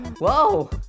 Whoa